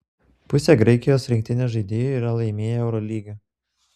pusė graikijos rinktinės žaidėjų yra laimėję eurolygą